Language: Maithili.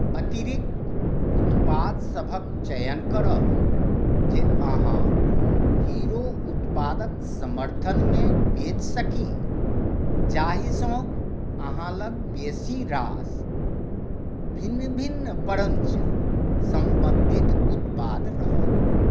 अतिरिक्त उत्पादसभक चयन करब जे अहाँ हीरो उत्पादक समर्थनमे बेच सकी जाहिसँ अहाँ लग बेसी रास भिन्न भिन्न परञ्च सम्बन्धित उत्पाद रहत